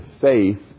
faith